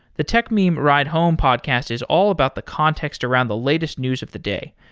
the techmeme ride home podcast is all about the context around the latest news of the day.